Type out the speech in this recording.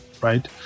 right